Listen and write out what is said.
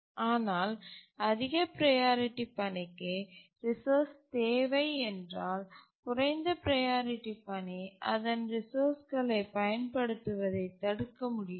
ஆனால் அதிக ப்ரையாரிட்டி பணிக்கு ரிசோர்ஸ் தேவை என்றால் குறைந்த ப்ரையாரிட்டி பணி அதன் ரிசோர்ஸ்களைப் பயன்படுத்துவதைத் தடுக்க முடியாது